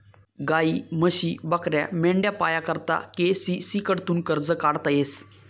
गायी, म्हशी, बकऱ्या, मेंढ्या पाया करता के.सी.सी कडथून कर्ज काढता येस